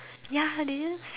ya they just